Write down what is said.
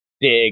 big